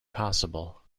possible